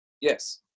Yes